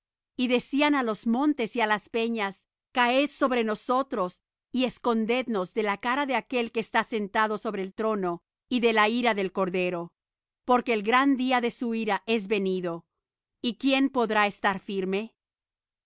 y decían á los montes y á las peñas caed sobre nosotros y escondednos de la cara de aquél que está sentado sobre el trono y de la ira del cordero porque el gran día de su ira es venido y quién podrá estar firme